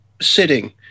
sitting